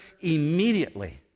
immediately